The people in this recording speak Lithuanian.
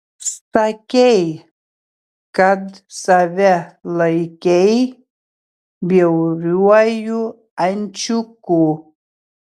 sakei kad save laikei bjauriuoju ančiuku